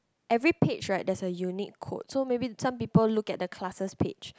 every page right there's a unique code so maybe some people look at the classes page